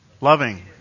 Loving